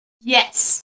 Yes